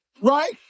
Right